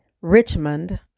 Richmond